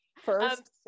First